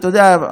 אתה יודע,